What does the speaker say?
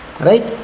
right